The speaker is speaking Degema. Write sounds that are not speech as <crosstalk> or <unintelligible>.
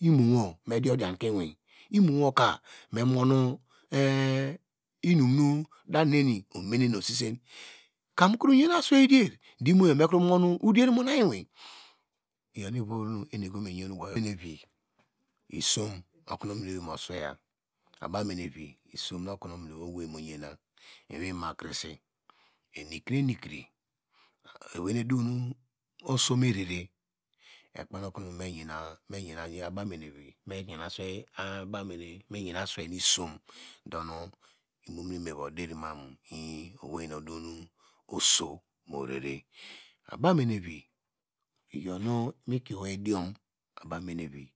Imowo medi odianke iwin imowoka memon inum iwin imowoka memon <hesitation> inum nu daneni omenesisien kam ikro yen aswei der do imoyo mekro mon oder mona iuwin iyo inum nu ivor nu isom okonu owei mu sweyi abamene vi isom nu okonu ominowei moyena enikre enike ewei nu edow nu oso merere ekpe okonu meyan abamine vi <unintelligible> aswei nu isom donu imomine wei meva derima mu owei na odunu oso mo rere aba mine vi iyonu mi idiom mikie